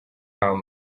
haba